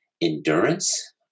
endurance